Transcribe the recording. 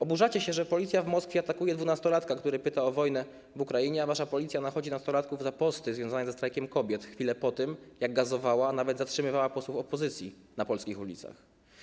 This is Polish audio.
Oburzacie się, że policja w Moskwie atakuje dwunastolatka, który pyta o wojnę w Ukrainie, a wasza policja nachodzi nastolatków za posty związane ze Strajkiem Kobiet w chwilę po tym, jak gazowała, a nawet zatrzymywała posłów opozycji na polskich ulicach.